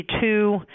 two